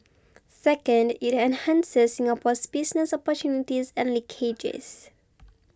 second it enhances Singapore's business opportunities and linkages